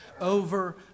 over